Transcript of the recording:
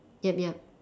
yup yup